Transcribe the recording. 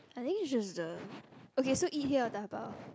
I think it's just the okay so eat here or dabao